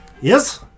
Yes